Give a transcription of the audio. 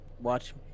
Watch